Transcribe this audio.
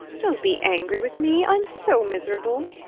don't be angry with me i'm so miserable.